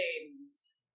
games